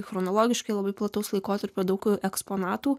chronologiškai labai plataus laikotarpio daug eksponatų